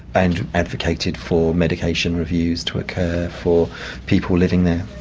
and advocated for medication reviews to occur for people living there.